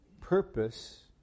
purpose